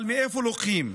אבל מאיפה לוקחים?